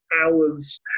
hours